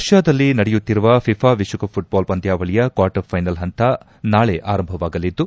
ರಷ್ಠಾದಲ್ಲಿ ನಡೆಯುತ್ತಿರುವ ಫಿಫಾ ವಿಶ್ವಕಪ್ ಋಟ್ಪಾಲ್ ಪಂದ್ಯಾವಳಿಯ ಕ್ವಾರ್ಟರ್ ಫೈನಲ್ ಪಂತ ನಾಳೆ ಆರಂಭವಾಗಲಿದ್ದು